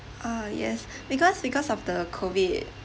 uh yes because because of the COVID